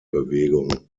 bewegung